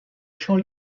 chant